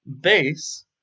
base